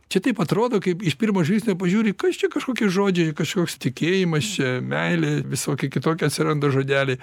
čia taip atrodo kaip iš pirmo žvilgsnio pažiūri kas čia kažkokie žodžiai kažkoks tikėjimas čia meilė visokie kitokie atsiranda žodeliai